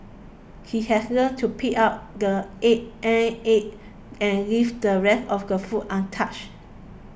he has learnt to pick out the egg ant eggs and leave the rest of the food untouched